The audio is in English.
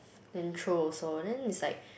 then throw also also then it's like